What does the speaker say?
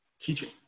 teaching